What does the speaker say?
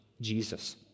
Jesus